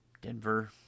Denver